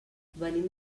venim